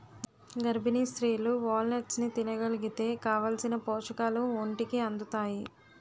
గర్భిణీ స్త్రీలు వాల్నట్స్ని తినగలిగితే కావాలిసిన పోషకాలు ఒంటికి అందుతాయి